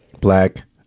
Black